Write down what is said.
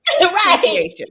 right